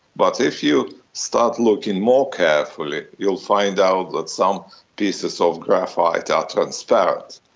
but if you start looking more carefully you'll find out that some pieces so of graphite are transparent,